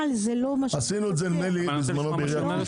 כלל זה לא מה --- עשינו את זה נדמה לי בזמנו בעיריית ראשון.